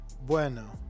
bueno